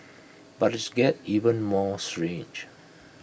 but its gets even more strange